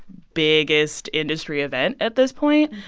biggest industry event at this point.